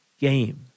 game